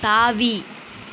தாவி